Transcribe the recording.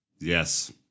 Yes